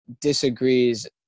disagrees